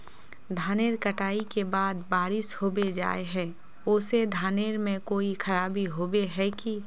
धानेर कटाई के बाद बारिश होबे जाए है ओ से धानेर में कोई खराबी होबे है की?